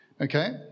Okay